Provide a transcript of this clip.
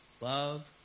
love